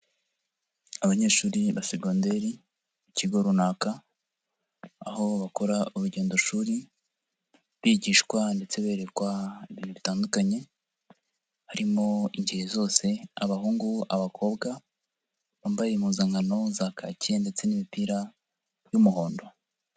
Abanyeshuri ba segoderi mu kigo runaka, aho bakora urugendoshuri, bigishwa ndetse berekwa ibintu bitandukanye, harimo ingeri zose, abahungu, abakobwa, bambaye impuzankano za kaki ndetse n'imipira y'umuhondo.